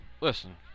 Listen